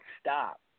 stop